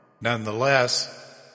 Nonetheless